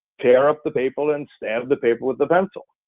tear up the paper and stab the paper with a pencil,